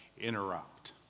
interrupt